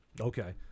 Okay